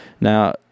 Now